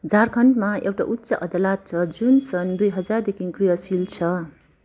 झारखण्डमा एउटो उच्च अदालत छ जुन सन् दुई हजारदेखि क्रियाशील छ